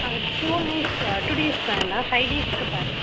ஆ two nights ah two days வேண்டாம் five டேஸுக்கு பாருங்கள்